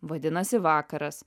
vadinasi vakaras